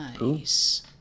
nice